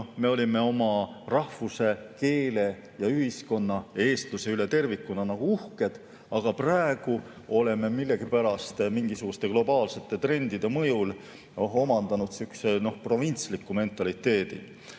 me olime oma rahvuse, keele, ühiskonna ja eestluse üle tervikuna uhked, aga praegu oleme millegipärast mingisuguste globaalsete trendide mõjul omandanud sihukese provintsliku mentaliteedi.